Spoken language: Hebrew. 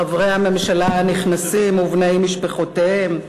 חברי הממשלה הנכנסים ובני משפחותיהם,